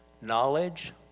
Knowledge